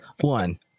one